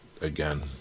again